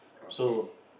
okay